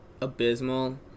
abysmal